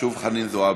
שוב חנין זועבי.